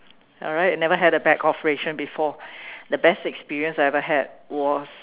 alright I never had a back operation before the best experience I ever had was